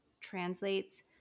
translates